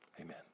Amen